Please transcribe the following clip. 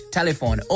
Telephone